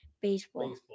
Baseball